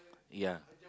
ya